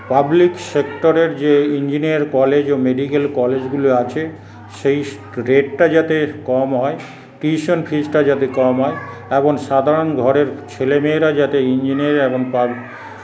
public সেক্টরের যে engineering college ও মেডিকেল কলেজগুলো আছে সেই রেটটা যাতে কম হয় টিউশন ফিজটা যাতে কম হয় এবং সাধারণ ঘরের ছেলেমেয়েরা যাতে ইঞ্জিনিয়ারিং এবং